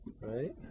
right